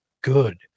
good